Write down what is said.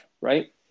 right